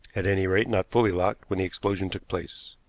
at any rate not fully locked, when the explosion took place.